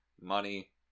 money